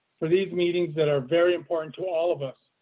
for these meetings that are very important to all of us,